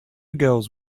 girls